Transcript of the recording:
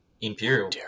Imperial